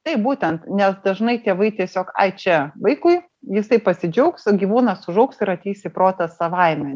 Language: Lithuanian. taip būtent nes dažnai tėvai tiesiog ai čia vaikui jisai pasidžiaugs gyvūnas užaugs ir ateis į protą savaime